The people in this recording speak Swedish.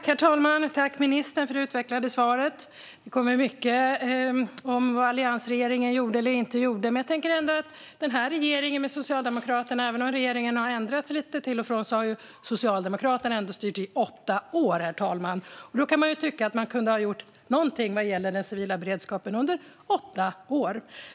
Herr talman! Jag tackar ministern för det utvecklade svaret. Det handlar mycket om vad alliansregeringen gjorde eller inte gjorde, men den socialdemokratiska regeringen - även om den har ändrats lite till och från - har ändå styrt i åtta år. Då kan man tycka att den skulle ha gjort något vad gäller den civila beredskapen under de åtta åren.